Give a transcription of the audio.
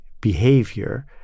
behavior